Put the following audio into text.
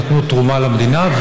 נתנו תרומה למדינה,